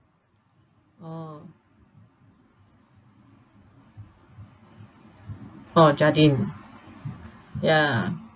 oh oh Jardine ya